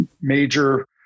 major